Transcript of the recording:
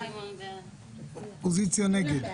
האופוזיציה נגד.